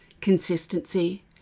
consistency